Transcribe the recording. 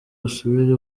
asubire